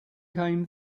came